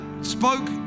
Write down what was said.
spoke